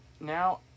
now